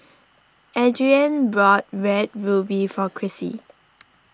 Adrianne bought Red Ruby for Chrissy